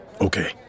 Okay